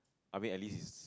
I mean at least he's